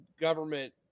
government